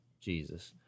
jesus